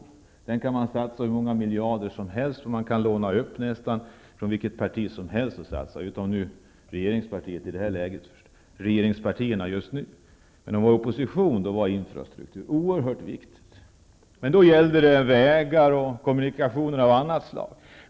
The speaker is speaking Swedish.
På den kan man satsa hur många miljarder som helst. Nästan vilket parti som helst är villigt att låna upp medel och satsa, utom regeringspartierna just nu i detta läge. När de var i opposition var infrastruktur oerhört viktigt. Då gällde det vägar och kommunikationer av annat slag.